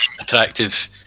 attractive